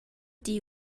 digl